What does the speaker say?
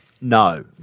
No